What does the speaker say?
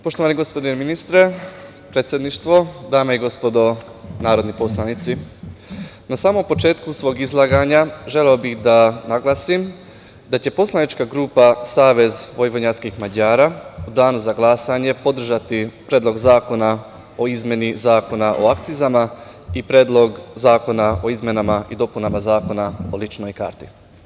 Poštovani gospodine ministre, predsedništvo, dame i gospodo narodni poslanici, na samom početku svog izlaganja želeo bih da naglasim da će poslanička grupa Savez Vojvođanskih Mađara u danu za glasanje podržati Predlog zakona o izmenama i dopunama Zakona o izmeni Zakona o akcizama i Predlog zakona o izmenama i dopunama Zakona o ličnoj karti.